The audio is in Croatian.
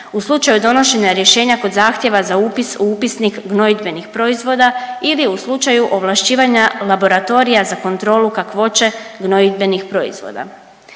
u slučaju donošenja rješenja kod zahtjeva za upis u upisnik gnojidbenih proizvoda ili u slučaju ovlašćivanja laboratorija za kontrolu kakvoće gnojidbenih proizvoda.